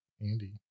Andy